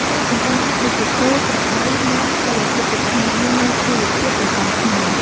ការចិញ្ចឹមសត្វដូចជា គោ ក្របី មាន់ ទា គឺជាផ្នែកមួយនៃជីវភាពប្រចាំថ្ងៃ។